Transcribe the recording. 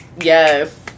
yes